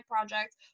projects